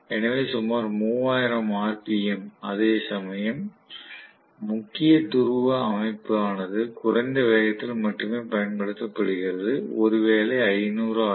எனவே சுமார் 3000 ஆர்பிஎம் அதேசமயம் முக்கிய துருவ அமைப்பு ஆனது குறைந்த வேகத்தில் மட்டுமே பயன்படுத்தப்படுகிறது ஒருவேளை 500 ஆர்